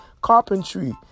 carpentry